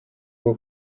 bwo